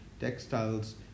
textiles